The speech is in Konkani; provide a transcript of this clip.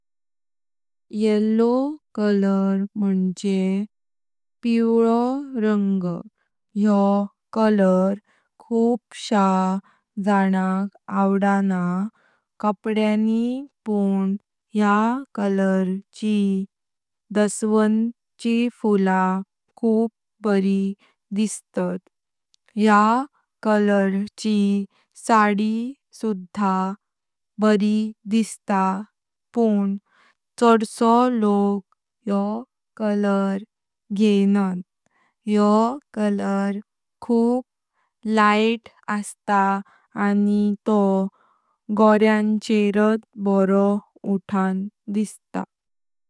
पिवळो रंग म्हणजे पिवळो रंग यो रंग खूप शाजानक आवडणा कपड्यानी पण या रंगाची दसवंताची फुला खूप बरी दिसतात। या रंगाची साडी सुधा बरी दिसता पण चाडसो लोक यो रंग घेतान। यो रंग खूप लाइट असता आनी तो गोरयांचेरात बरो उथं दिसता।